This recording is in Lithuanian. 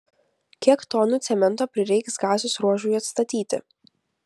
kiek tonų cemento prireiks gazos ruožui atstatyti